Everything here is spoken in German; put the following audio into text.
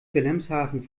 wilhelmshaven